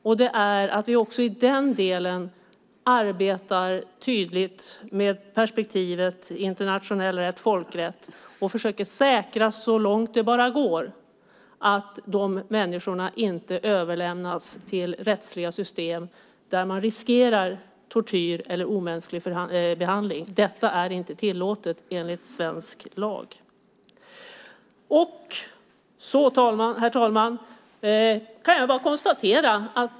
Också i den delen måste vi arbeta tydligt med perspektivet internationell rätt och folkrätt och försöka säkra så långt det bara går att dessa människor inte överlämnas till rättsliga system där man riskerar tortyr eller omänsklig behandling. Det är inte tillåtet enligt svensk lag. Herr talman!